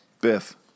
Biff